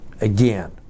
again